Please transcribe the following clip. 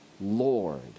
Lord